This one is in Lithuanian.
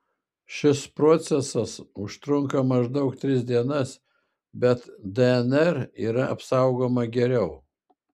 šis procesas užtrunka maždaug tris dienas bet dnr yra apsaugoma geriau